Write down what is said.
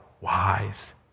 wise